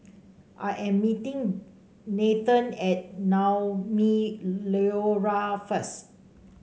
I am meeting Nathen at Naumi Liora first